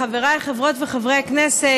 חבריי חברות וחברי הכנסת,